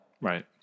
Right